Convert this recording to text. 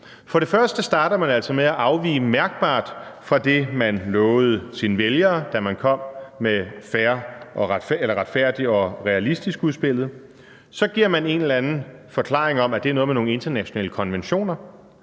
smule. Først starter man altså med at afvige mærkbart fra det, man lovede sine vælgere, da man kom med »Refærdig og realistisk«-udspillet, og så giver man en eller anden forklaring om, at det er noget med nogle internationale konventioner,